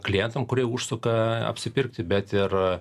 klientam kurie užsuka apsipirkti bet ir